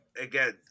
again